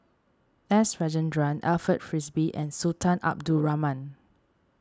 S Rajendran Alfred Frisby and Sultan Abdul Rahman